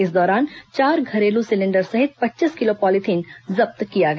इस दौरान चार घरेलू सिलेंडर सहित पच्चीस किलो पॉलीथिन जब्त किया गया